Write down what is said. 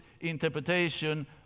interpretation